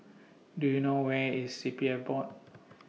Do YOU know Where IS C P F Board